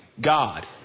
god